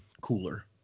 cooler